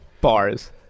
Bars